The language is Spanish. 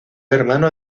hermano